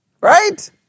Right